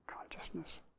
consciousness